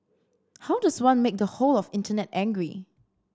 how does one make the whole of Internet angry